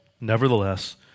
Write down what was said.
Nevertheless